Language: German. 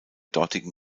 dortigen